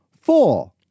Four